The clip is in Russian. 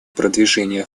продвижения